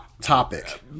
topic